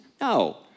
No